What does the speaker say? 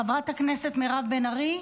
חברת הכנסת מירב בן ארי,